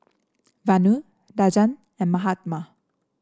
Vanu Rajan and Mahatma